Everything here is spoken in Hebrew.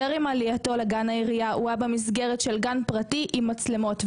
טרם עלייתו לגן העירייה הוא היה בגן פרטי עם מצלמות.